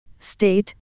State